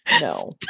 No